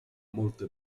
molte